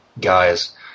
guys